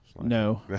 No